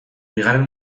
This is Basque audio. bigarren